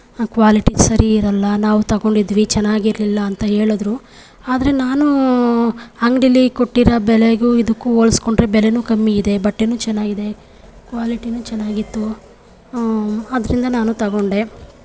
quality ಸರಿ ಇರೋಲ್ಲ ನಾವು ತೊಗೊಂಡಿದ್ವಿ ಚೆನ್ನಾಗಿರಲಿಲ್ಲ ಅಂತ ಹೇಳಿದ್ರು ಆದರೆ ನಾನೂ ಅಂಗಡಿಲಿ ಕೊಟ್ಟಿರೋ ಬೆಲೆಗೂ ಇದಕ್ಕೂ ಹೋಲ್ಸ್ಕೊಂಡ್ರೆ ಬೆಲೆಯೂ ಕಮ್ಮಿ ಇದೆ ಬಟ್ಟೆಯೂ ಚೆನ್ನಾಗಿದೆ ಕ್ವಾಲಿಟಿಯೂ ಚೆನ್ನಾಗಿತ್ತು ಅದರಿಂದ ನಾನು ತಗೊಂಡೆ